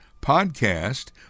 podcast